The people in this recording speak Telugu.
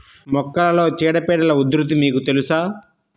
మొక్కలలో చీడపీడల ఉధృతి మీకు తెలుసా?